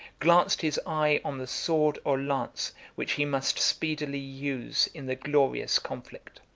glanced his eye on the sword or lance which he must speedily use in the glorious conflict.